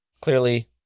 clearly